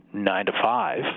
nine-to-five